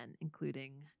including